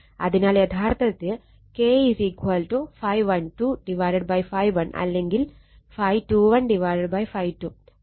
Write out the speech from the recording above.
അതിനാൽ യഥാർത്ഥത്തിൽ K ∅12 ∅1 അല്ലെങ്കിൽ ∅21 ∅2